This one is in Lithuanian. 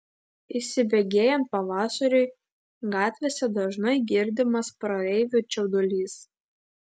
įsibėgėjant pavasariui gatvėse dažnai girdimas praeivių čiaudulys